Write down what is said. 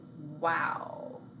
Wow